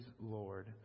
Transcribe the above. Lord